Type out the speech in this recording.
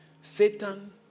Satan